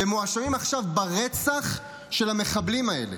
ומואשמים עכשיו ברצח של המחבלים האלה.